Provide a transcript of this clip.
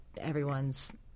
everyone's